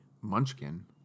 Munchkin